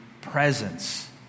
presence